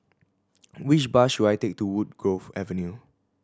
which bus should I take to Woodgrove Avenue